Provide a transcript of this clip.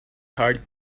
heart